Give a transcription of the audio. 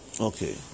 Okay